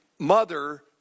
Mother